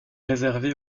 réservée